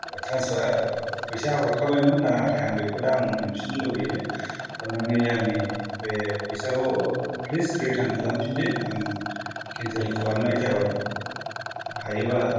transfer फैसा हरखाबायमोन नाथाय आं बेखौ दा मोनफिननो लुबैयो अननानै आंनि बे फैसाखौ प्लिज रिटार्न खालामफिनदो आं केन्सेल खालामनाय जाबाय हायोब्ला